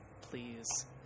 please